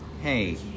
Hey